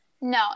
No